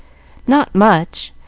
not much.